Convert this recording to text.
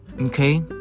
okay